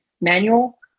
manual